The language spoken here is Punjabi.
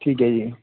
ਠੀਕ ਹੈ ਜੀ